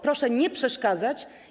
Proszę nie przeszkadzać.